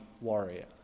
warrior